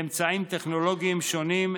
באמצעים טכנולוגיים שונים,